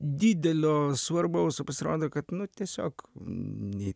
didelio svarbaus o pasirodo kad nu tiesiog nei